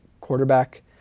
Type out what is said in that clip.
quarterback